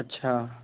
अच्छा